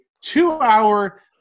two-hour